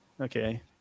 okay